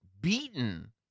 beaten